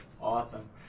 Awesome